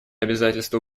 обязательства